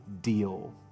deal